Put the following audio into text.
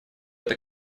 эта